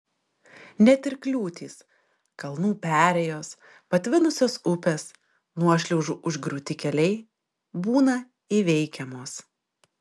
net ir kliūtys kalnų perėjos patvinusios upės nuošliaužų užgriūti keliai būna įveikiamos